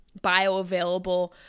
bioavailable